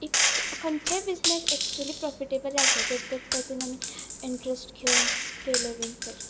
if खंयचेय business actually profitable आसा जर तर तेतून आमी इंट्रस्ट घेवन केले बीन तर